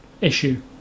issue